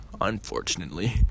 Unfortunately